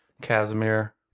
Casimir